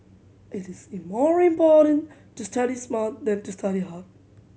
it is in more important to study smart than to study hard